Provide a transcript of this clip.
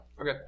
okay